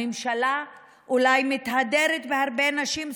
הממשלה אולי מתהדרת בהרבה נשים שרות,